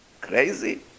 Crazy